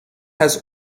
has